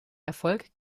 erfolg